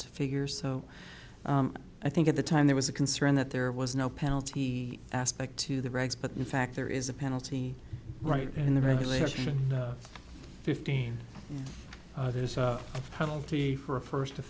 to figures so i think at the time there was a concern that there was no penalty aspect to the regs but in fact there is a penalty right in the regulation fifteen there's a penalty for a first